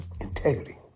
Integrity